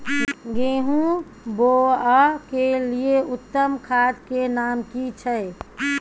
गेहूं बोअ के लिये उत्तम खाद के नाम की छै?